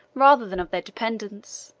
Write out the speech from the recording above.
rather than of their dependence.